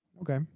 Okay